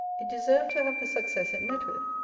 it deserved to have the success it met with.